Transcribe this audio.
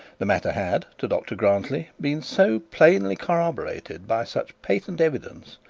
the matter had, to dr grantly, been so plainly corroborated by such patent evidence,